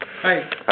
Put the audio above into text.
Hi